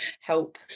help